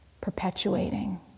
perpetuating